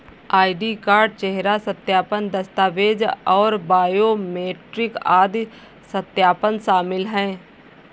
ID card, चेहरा सत्यापन, दस्तावेज़ और बायोमेट्रिक आदि सत्यापन शामिल हैं